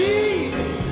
Jesus